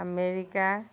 America